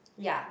ya